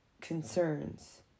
concerns